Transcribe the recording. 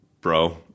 bro